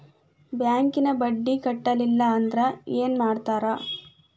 ಬ್ಯಾಂಕಿನ ಬಡ್ಡಿ ಕಟ್ಟಲಿಲ್ಲ ಅಂದ್ರೆ ಏನ್ ಮಾಡ್ತಾರ?